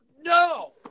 no